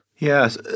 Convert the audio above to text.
Yes